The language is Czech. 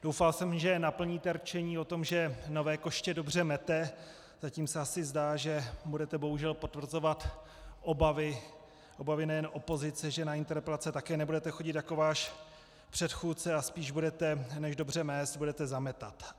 Doufal jsem, že naplníte rčení o tom, že nové koště dobře mete, zatím se asi zdá, že budete, bohužel, potvrzovat obavy nejen opozice, že na interpelace také nebudete chodit jako váš předchůdce a spíše než dobře mést budete zametat.